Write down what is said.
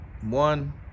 one